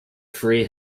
free